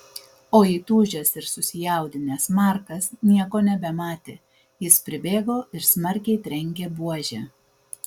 o įtūžęs ir susijaudinęs markas nieko nebematė jis pribėgo ir smarkiai trenkė buože